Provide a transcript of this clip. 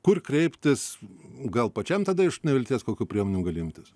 kur kreiptis gal pačiam tada iš nevilties kokių priemonių gali imtis